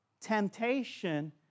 temptation